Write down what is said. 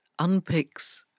unpicks